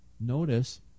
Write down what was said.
notice